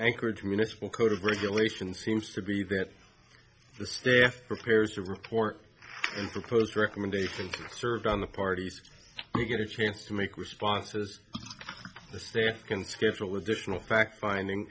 anchorage municipal code of regulation seems to be that the state prepares to report and propose recommendations served on the parties get a chance to make responses the stare can schedule additional fact finding